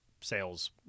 sales